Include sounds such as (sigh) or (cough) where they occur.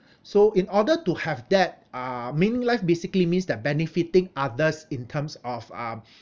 so in order to have that uh meaning life basically means that benefiting others in terms of um (breath)